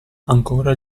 ancora